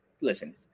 Listen